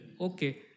okay